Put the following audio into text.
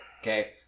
Okay